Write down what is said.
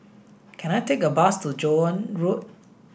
can I take a bus to Joan Road